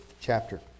chapter